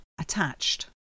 attached